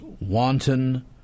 wanton